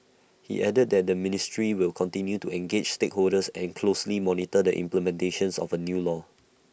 he added that the ministry will continue to engage stakeholders and closely monitor the implementation of the new law